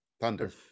Thunder